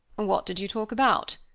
what did you talk about?